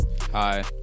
Hi